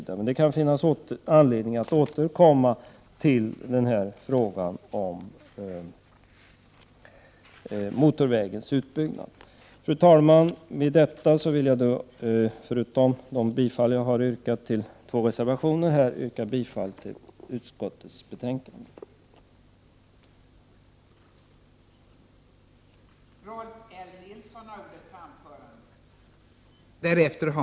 Det kan alltså finnas anledning att återkomma till frågan om utbyggnaden av motorvägen. Fru talman! Med detta yrkar jag bifall inte bara till de två reservationer som jag redan har nämnt utan också till utskottets hemställan i övrigt.